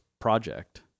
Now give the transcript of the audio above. project